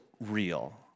Real